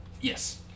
Yes